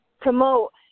promote